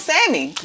Sammy